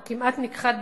או כמעט נכחד,